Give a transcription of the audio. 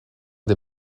des